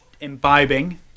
imbibing